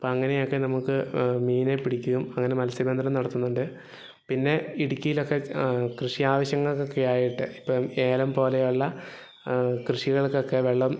അപ്പം അങ്ങനെ ഒക്കെ നമുക്ക് മീനിനെ പിടിക്കും അങ്ങനെ മല്സ്യബന്ധനം നടത്തുന്നുണ്ട് പിന്നെ ഇടുക്കിയിലൊക്കെ കൃഷി ആവശ്യങ്ങൾക്കൊക്കെ ആയിട്ട് ഇപ്പം ഏലം പോലെ ഉള്ള കൃഷികള്ക്കൊക്കെ വെള്ളം